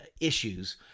issues